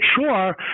sure